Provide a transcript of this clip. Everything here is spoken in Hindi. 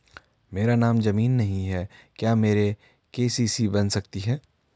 मेरे नाम ज़मीन नहीं है क्या मेरी के.सी.सी बन सकती है?